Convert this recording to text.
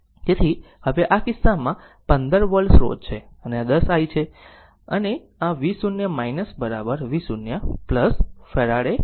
તેથી હવે આ કિસ્સામાં 15 વોલ્ટ સ્રોત છે અને આ 10 i છે અને આ v0 v0 ફેરાડે છે